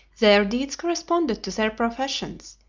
their deeds corresponded to their professions,